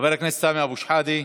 חבר הכנסת סמי אבו שחאדה.